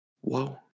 Whoa